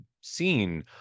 seen